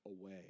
away